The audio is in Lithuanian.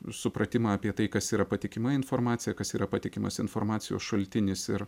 supratimą apie tai kas yra patikima informacija kas yra patikimas informacijos šaltinis ir